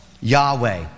Yahweh